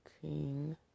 King